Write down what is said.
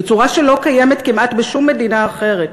בצורה שלא קיימת כמעט בשום מדינה אחרת.